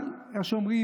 אבל איך שאומרים,